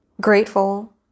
grateful